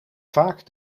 vaak